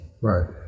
Right